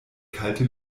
kalte